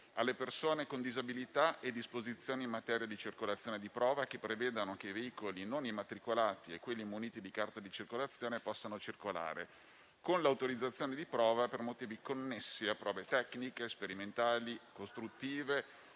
alle persone con disabilità e disposizioni in materia di circolazione di prova, che prevedano che i veicoli non immatricolati e quelli muniti di carta di circolazione possano circolare con l'autorizzazione di prova per motivi connessi a prove tecniche, sperimentali, costruttive